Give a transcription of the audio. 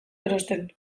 erosten